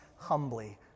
humbly